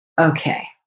okay